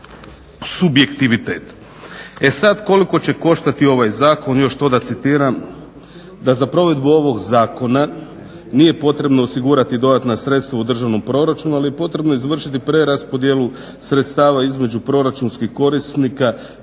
subjektivitet. E sad, koliko će koštati ovaj zakon, još to da citiram. Da, za provedbu ovog zakona nije potrebno osigurati dodatna sredstva u državnom proračunu, ali je potrebno izvršiti preraspodjelu sredstava između proračunskih korisnika